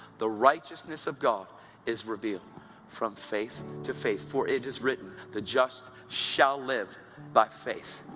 the righteousness of god is revealed from faith to faith for it is written, the just shall live by faith